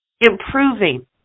Improving